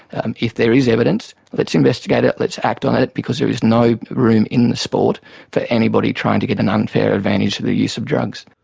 and if there is evidence, let's investigate it, let's act on it, because there is no room in the sport for anybody trying to get an unfair advantage through the use of drugs.